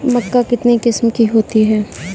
मक्का कितने किस्म की होती है?